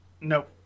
Nope